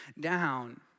down